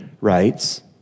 rights